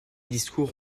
discours